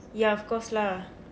ya of course lah